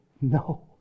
no